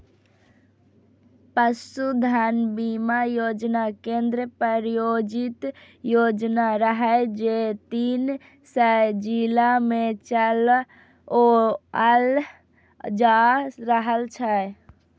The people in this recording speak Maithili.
पशुधन बीमा योजना केंद्र प्रायोजित योजना रहै, जे तीन सय जिला मे चलाओल जा रहल छै